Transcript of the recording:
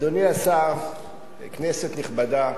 אדוני השר, כנסת נכבדה,